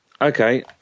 Okay